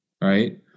Right